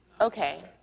Okay